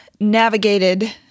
navigated